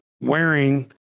wearing